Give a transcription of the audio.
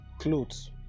clothes